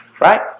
Right